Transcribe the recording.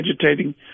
agitating